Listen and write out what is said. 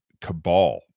cabal